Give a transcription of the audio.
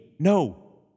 No